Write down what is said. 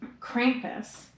Krampus